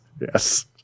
yes